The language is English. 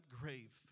grave